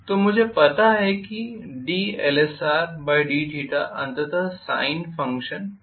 तो मुझे पता है कि dLsrdθ अंतत sine फंक्शन होने जा रहा है